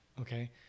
okay